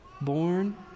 born